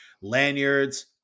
lanyards